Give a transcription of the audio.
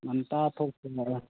ꯉꯟꯇꯥ ꯊꯣꯛꯄꯃꯔ